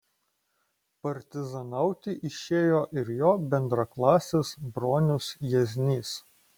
partizanauti išėjo ir jo bendraklasis bronius jieznys